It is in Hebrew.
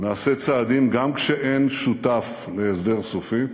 נעשה צעדים גם כשאין שותף להסדר סופי,